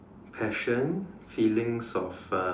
passion feelings of uh